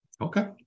Okay